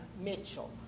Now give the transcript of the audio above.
Mitchell